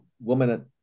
woman